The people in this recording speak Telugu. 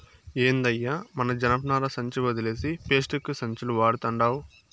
ఏందయ్యో మన జనపనార సంచి ఒదిలేసి పేస్టిక్కు సంచులు వడతండావ్